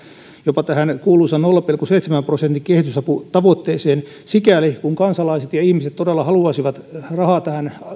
jopa tähän kuuluisaan nolla pilkku seitsemän prosentin kehitysaputavoitteeseen sikäli kuin kansalaiset ja ihmiset todella haluaisivat rahaa tähän